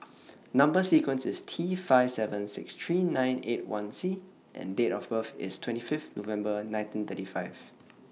Number sequence IS T five seven six three nine eight one C and Date of birth IS twenty Fifth November nineteen thirty five